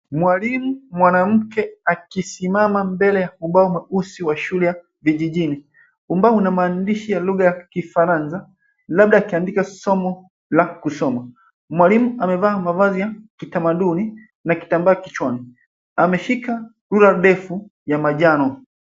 Mwalimu mwanamke akisimama mbele ya ubao mweusi wa shule ya vijijini. Ubao una maandishi ya lugha ya kifaransa labda akiandika somo la kusoma. Mwalimu amevaa mavazi ya kitamaduni na kitambaa kichwani. Ameshika rula ndefu ya manjano.